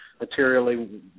materially